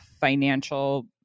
financial